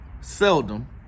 seldom